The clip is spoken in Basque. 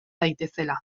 daitezela